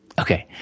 okay,